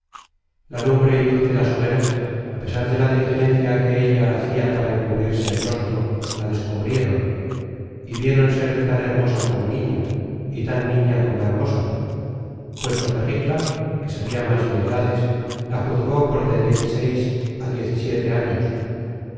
la lumbre y luz de las hogueras a pesar de la diligencia que ella hacia para encubrirse el rostro la descubrieron y vieron ser tan hermosa como niña y tan niña como hermosa puesto que ricla que sabia más de edades la juzgó por de diez y seis